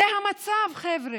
זה המצב, חבר'ה.